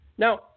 Now